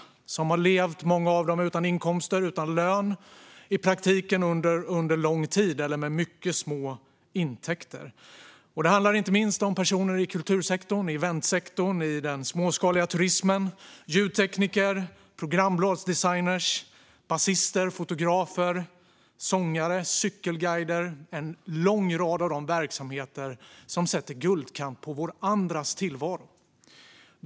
Många av dem har i praktiken levt utan inkomster och utan lön under lång tid eller med mycket små intäkter. Det handlar inte minst om personer i kultursektorn, eventsektorn och i den småskaliga turismen. Det är ljudtekniker, programbladsdesigners, basister, fotografer, sångare och cykelguider. De arbetar i en lång rad av de verksamheter som sätter guldkant på andras tillvaro.